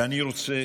אני רוצה